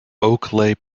oakleigh